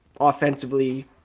offensively